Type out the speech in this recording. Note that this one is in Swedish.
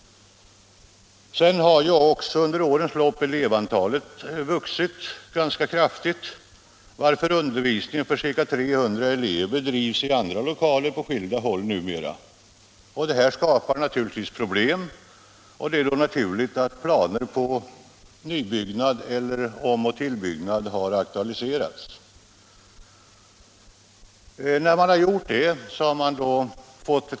Under årens lopp har dessutom elevantalet vuxit ganska kraftigt, varför undervisningen för ca 300 elever numera bedrivs i andra lokaler på skilda håll. Detta skapar givetvis problem, och det är då naturligt att planer på nybyggnad eller om och tillbyggnad har aktualiserats.